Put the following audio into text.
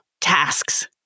tasks